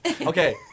okay